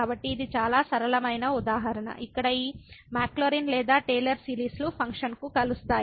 కాబట్టి ఇది చాలా సరళమైన ఉదాహరణ ఇక్కడ ఈ మాక్లౌరిన్ లేదా టేలర్ సిరీస్లు ఫంక్షన్కు కలుస్తాయి